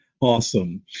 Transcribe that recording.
Awesome